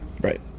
Right